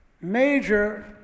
major